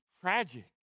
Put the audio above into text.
tragic